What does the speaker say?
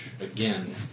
again